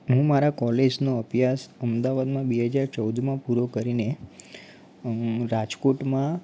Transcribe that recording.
હું મારા કૉલેજનો અભ્યાસ અમદાવાદમાં બે હજાર ચૌદમાં પૂરો કરીને અં રાજકોટમાં